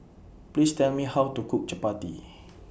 Please Tell Me How to Cook Chappati